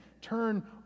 Turn